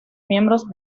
miembros